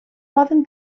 poden